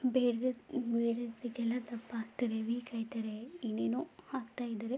ಬೇಡ್ದೆದ್ದ ಬೇಡದಿದ್ದಕ್ಕೆಲ್ಲ ದಪ್ಪ ಆಗ್ತಾರೆ ವೀಕಾಗ್ತಾರೆ ಏನೇನೋ ಆಗ್ತಾಯಿದ್ದಾರೆ